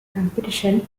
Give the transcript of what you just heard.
competition